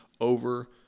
over